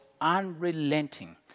unrelenting